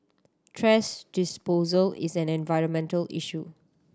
thrash disposal is an environmental issue